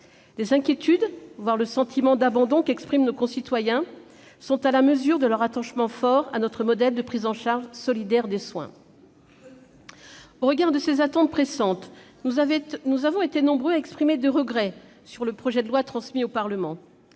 Les inquiétudes voire le sentiment d'abandon qu'expriment nos concitoyens sont à la mesure de leur attachement fort à notre modèle de prise en charge solidaire des soins. Au regard de ces attentes pressantes, nous avons été nombreux à formuler des regrets sur le projet de loi transmis au Parlement.